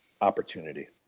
Opportunity